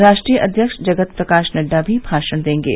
राष्ट्रीय अध्यक्ष जगत प्रकाश नड्डा भी भाषण देंगे